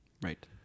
Right